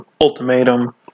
ultimatum